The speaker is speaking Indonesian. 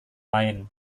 lain